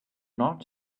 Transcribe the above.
not